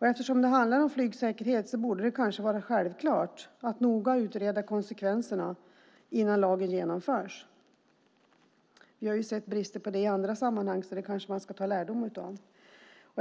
Eftersom det handlar om flygsäkerhet borde det vara självklart att noga utreda konsekvenserna innan lagen genomförs. Vi har sett brister på det i andra sammanhang, så det kanske man ska dra lärdom av.